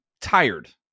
tired